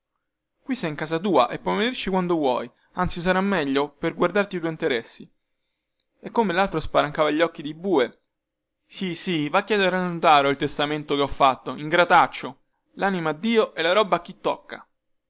qui sei in casa tua e puoi venirci quando vuoi anzi sarà meglio per guardarti i tuoi interessi e come laltro spalancava gli occhi di bue sì sì va a chiederlo al notaro il testamento che ho fatto ingrataccio lanima a dio e la roba a chi tocca